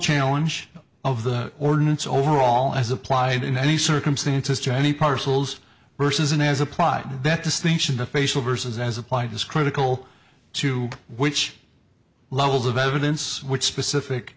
challenge of the ordinance overall as applied in any circumstances johnny parcels versus an as a plot that distinction the facial versus as applied discreditable to which levels of evidence which specific